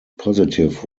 positive